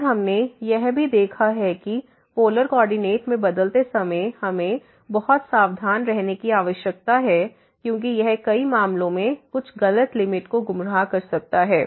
और हमने यह भी देखा है कि पोलर कोऑर्डिनेट में बदलते समय हमें बहुत सावधान रहने की आवश्यकता है क्योंकि यह कई मामलों में कुछ गलत लिमिट को गुमराह कर सकता है